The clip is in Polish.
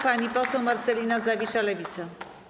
Pani poseł Marcelina Zawisza, Lewica.